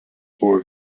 buvo